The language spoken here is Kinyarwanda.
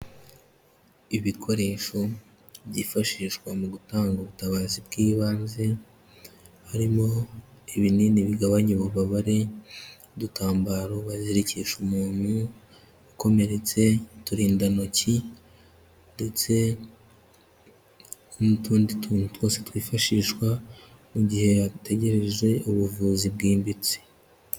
Ibikoresho byifashishwa mu gutanga ubutabazi bw'ibanze, harimo ibinini bigabanya ububabare, udutambaro bazirikisha umuntu ukomeretse, uturindantoki ndetse n'utundi tuntu twose twifashishwa mu gihe yategereje ubuvuzi bwimbitse.